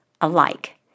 alike